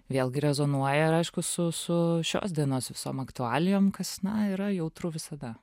vėlgi rezonuoja ir aišku su su šios dienos visom aktualijom kas na yra jautru visada